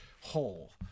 whole